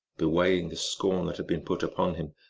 bewailing the scorn that had been put upon him,